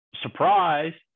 surprise